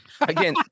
Again